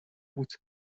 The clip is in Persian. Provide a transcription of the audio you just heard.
بود